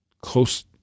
close